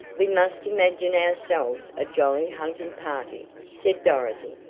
we must imagine ourselves a jolly hunting party, said dorothy,